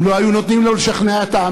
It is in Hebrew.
אם לא היו נותנים לו לשכנע את העם,